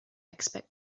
expect